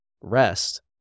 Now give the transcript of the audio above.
rest